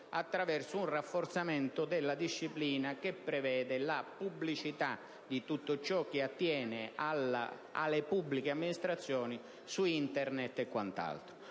attraverso un rafforzamento della disciplina che prevede la pubblicità di tutto ciò che attiene alle pubbliche amministrazioni su Internet e quant'altro.